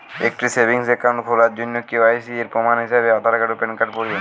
একটি savings account খোলার জন্য কে.ওয়াই.সি এর প্রমাণ হিসাবে আধার ও প্যান কার্ড প্রয়োজন